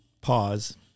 Pause